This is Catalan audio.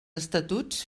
estatuts